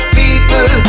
people